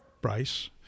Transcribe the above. Bryce